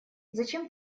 зачем